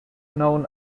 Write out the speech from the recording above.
known